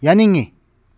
ꯌꯥꯅꯤꯡꯉꯤ